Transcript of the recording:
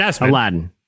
Aladdin